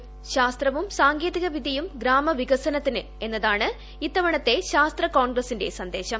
ശാസ്ത്രവും സാങ്കേതിക വിദ്യയും ഗ്രാമ വികസനത്തിന് എന്നതാണ് ഇത്തവണത്തെ ശാസ്ത്ര കോൺഗ്രസിന്റെ സന്ദേശം